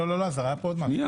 לא ההסדרה, היה פה עוד משהו.